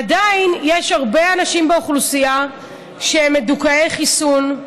עדיין יש הרבה אנשים באוכלוסייה שהם מדוכאי חיסון,